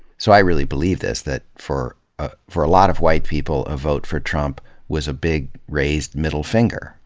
so i really believe this, that for ah for a lot of white people, a vote for trump was a big raised middle finger.